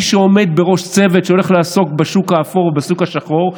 בראש צוות שהולך לעסוק בשוק האפור ובשוק השחור,